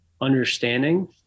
understanding